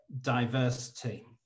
diversity